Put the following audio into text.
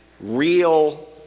real